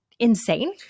insane